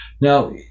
Now